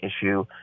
issue